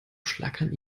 schlackern